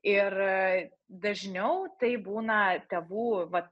ir dažniau tai būna tėvų va